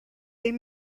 beth